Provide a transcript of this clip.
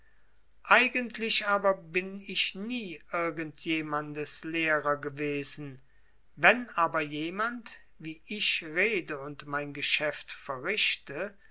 eigentlich aber bin ich nie irgend jemandes lehrer gewesen wenn aber jemand wie ich rede und mein geschäft verrichte